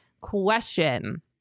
question